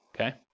okay